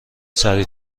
سریع